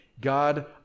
God